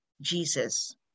Jesus